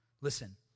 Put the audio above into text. Listen